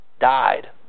died